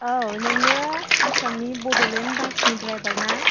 औ नोङो आसामनि बड'लेण्ड बासनि ड्राइभार ना